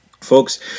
folks